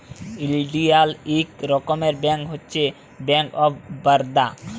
ইলডিয়াল ইক রকমের ব্যাংক হছে ব্যাংক অফ বারদা